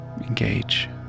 engage